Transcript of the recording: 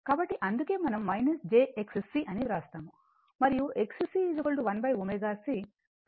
కాబట్టి అందుకే మనం jXC అని వ్రాస్తాము మరియు XC 1 ω C